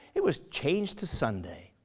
it was changed to sunday.